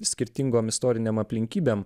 skirtingom istorinėm aplinkybėm